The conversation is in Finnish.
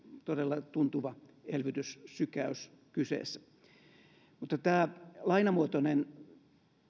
todella tuntuva elvytyssykäys kyseessä tämä lainamuotoinen